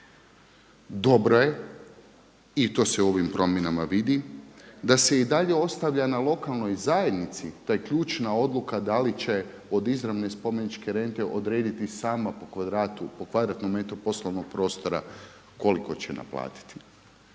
Dobro je i to se u ovim promjenama vidi da se i dalje ostavlja na lokalnoj zajednici ta ključna odluka da li će od izravne spomeničke rente odrediti sama po kvadratu, po kvadratnom metru poslovnog prostora koliko će naplatiti.